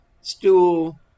stool